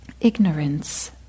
ignorance